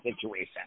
situation